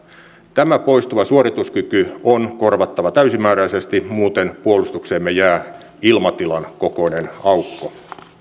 tämä poistuva suorituskyky on korvattava täysimääräisesti muuten puolustukseemme jää ilmatilan kokoinen aukko